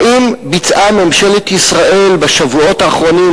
האם ביצעה ממשלת ישראל בשבועות האחרונים,